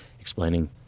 explaining